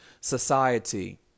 society